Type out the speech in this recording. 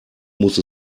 muss